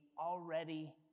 already